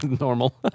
Normal